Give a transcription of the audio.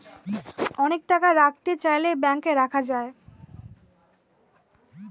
অনেক টাকা রাখতে চাইলে ব্যাংকে রাখা যায়